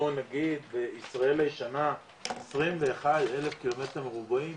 בישראל הישנה עשרים ואחד אלף קילומטר מרובעים.